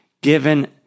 Given